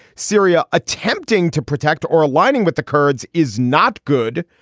syria attempting to protect or aligning with the kurds is not good.